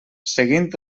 seguint